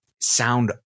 sound